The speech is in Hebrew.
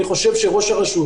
אני חושב שראש הרשות